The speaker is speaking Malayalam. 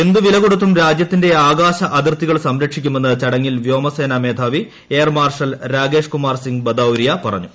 എന്ത് വില കൊടുത്തും രാജ്യത്തിന്റെ ആകാശ അതിർത്തികൾ സംരക്ഷിക്കുമെന്ന് ചടങ്ങിൽ വ്യോമസേനാ മേധാവി എയർചീഫ്മാർഷൽ രാകേഷ്കുമാർസിംഗ് ബദൌരിയ പറഞ്ഞു